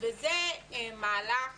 וזה מהלך